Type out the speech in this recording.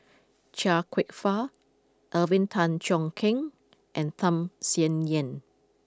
Chia Kwek Fah Alvin Tan Cheong Kheng and Tham Sien Yen